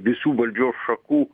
visų valdžios šakų